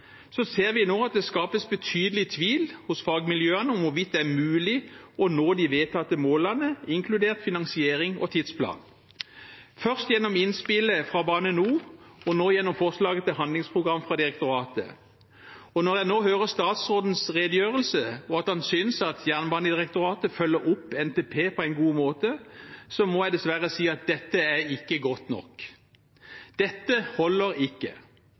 Så ser vi nå at det skapes betydelig tvil hos fagmiljøene om hvorvidt det er mulig å nå de vedtatte målene, inkludert finansiering og tidsplan, først gjennom innspillet fra Bane NOR og nå gjennom forslaget til handlingsprogram fra direktoratet. Når jeg nå hører statsrådens redegjørelse, og at han synes at Jernbanedirektoratet følger opp NTP på en god måte, må jeg dessverre si at dette ikke er godt nok. Dette holder ikke.